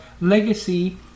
legacy